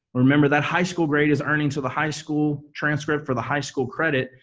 remember that high school grade is earning to the high school transcript for the high school credit,